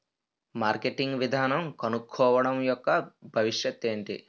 Marketing విధానం కనుక్కోవడం యెక్క భవిష్యత్ ఏంటి?